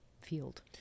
field